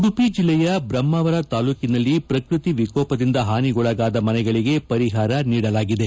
ಉಡುಪಿ ಜಿಲ್ಲೆಯ ಬ್ರಹ್ಮಾವರ ತಾಲೂಕಿನಲ್ಲಿ ಪ್ರಕೃತಿ ವಿಕೋಪದಿಂದ ಹಾನಿಗೊಳಗಾದ ಮನೆಗಳಿಗೆ ಪರಿಹಾರ ನೀಡಲಾಗಿದೆ